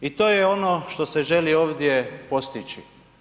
I to je ono što se želi ovdje postići.